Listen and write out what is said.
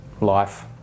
life